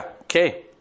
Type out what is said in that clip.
okay